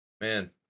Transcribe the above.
Man